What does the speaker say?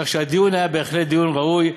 כך שהדיון היה בהחלט דיון ראוי.